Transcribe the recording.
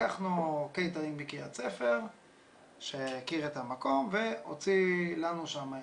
לקחנו קייטרינג בקריית ספר שהכיר את המקום והוציא לנו את האירוע.